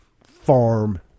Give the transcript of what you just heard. Farm